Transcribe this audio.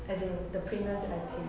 as in the premium that I pay